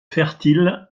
fertile